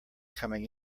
coming